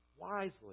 wisely